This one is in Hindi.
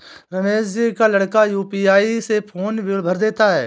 रमेश जी का लड़का यू.पी.आई से फोन बिल भर देता है